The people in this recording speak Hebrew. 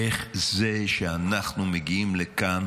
איך זה שאנחנו מגיעים לכאן